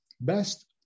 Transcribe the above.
best